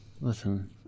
Listen